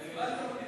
ההצעה להעביר את